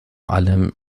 allem